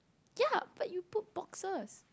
ya but you put boxes